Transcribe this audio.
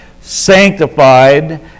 sanctified